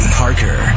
parker